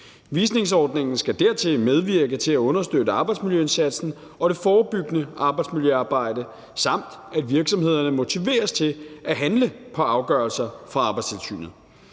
Visningsordningen skal medvirke til at understøtte arbejdsmiljøindsatsen og det forebyggende arbejdsmiljøarbejde samt at virksomhederne motiveres til at handle på afgørelser fra Arbejdstilsynet.